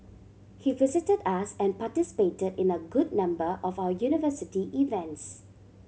he visited us and participated in a good number of our university events